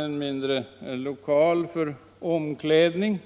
en mindre lokal för omklädning.